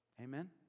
Amen